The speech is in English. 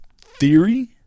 theory